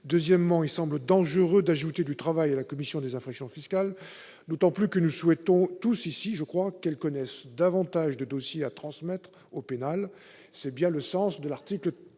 Deuxièmement, il semble dangereux d'ajouter du travail à la commission des infractions fiscales, la CIF. Nous souhaitons quelle connaisse de davantage de dossiers à transmettre au pénal. C'est bien le sens de l'article 13.